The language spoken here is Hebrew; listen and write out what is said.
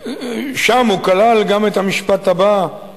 ושם הוא כלל גם את המשפט הבא,